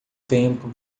tempo